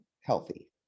healthy